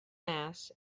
mass